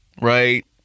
right